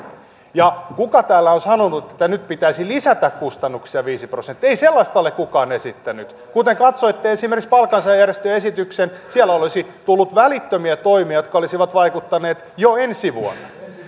ja kuka täällä on sanonut että nyt pitäisi lisätä kustannuksia viisi prosenttia ei sellaista ole kukaan esittänyt kun te katsoitte esimerkiksi palkansaajajärjestöjen esityksen siellä olisi tullut välittömiä toimia jotka olisivat vaikuttaneet jo ensi vuonna